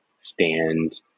stand